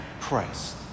Christ